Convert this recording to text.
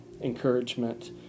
encouragement